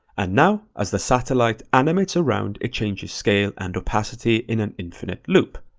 and now, as the satellite animates around, it changes scale and opacity in an infinite loop.